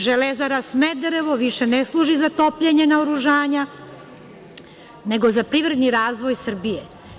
Železara Smederevo više ne služi za topljenje naoružanja nego za privredni razvoj Srbije.